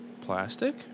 plastic